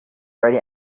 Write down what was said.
very